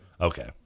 Okay